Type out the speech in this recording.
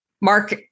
Mark